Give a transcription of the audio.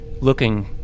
looking